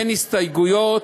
אין הסתייגויות,